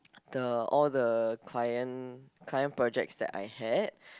the all the client client projects that I had